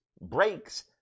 breaks